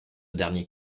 dernier